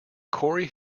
corry